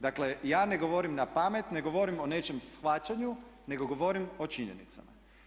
Dakle ja ne govorim napamet, ne govorim o nečijem shvaćanju nego govorim o činjenicama.